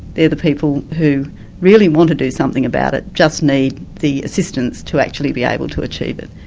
the the people who really want to do something about it, just need the assistance to actually be able to achieve it.